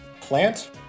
plant